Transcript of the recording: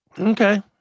Okay